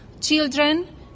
Children